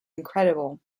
incredible